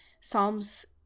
Psalms